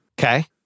Okay